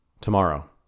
tomorrow